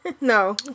No